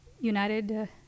United